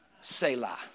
Selah